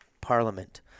Parliament